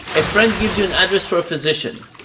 a friend gives you an address for a physician.